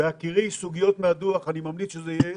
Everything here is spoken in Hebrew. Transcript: בהכירי סוגיות מהדוח אני ממליץ שזו תהיה